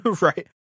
Right